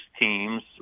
teams